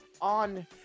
on